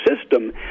system